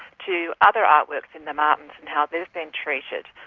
to other artworks in the mountains and how they've been treated.